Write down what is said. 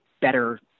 better